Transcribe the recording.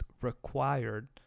required